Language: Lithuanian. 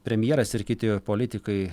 premjeras ir kiti politikai